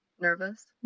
nervous